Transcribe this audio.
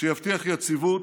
שיבטיח יציבות,